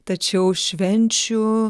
tačiau švenčių